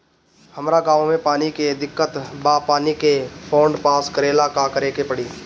हमरा गॉव मे पानी के दिक्कत बा पानी के फोन्ड पास करेला का करे के पड़ी?